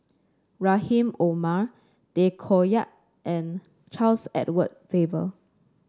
Rahim Omar Tay Koh Yat and Charles Edward Faber